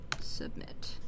Submit